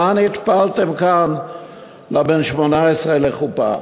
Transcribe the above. מה נטפלתם כאן לבן 18 לחופה?